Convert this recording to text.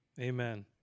amen